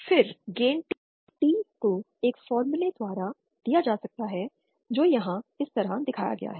फिर gain T को एक फार्मूला द्वारा दिया जा सकता है जो यहां इस तरह दिखाया गया है